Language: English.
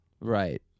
Right